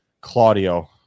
Claudio